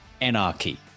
anarchy